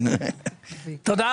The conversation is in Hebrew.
תודה רבה.